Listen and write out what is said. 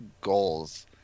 goals